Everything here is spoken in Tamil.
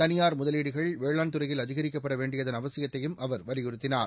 தனியாள் முதலீடுகள் வேளாண் துறையில் அதிகரிக்கப்பட வேண்டியதள் அவசியத்தையும் அவர் வலியுறுத்தினார்